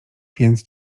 więc